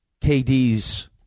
KD's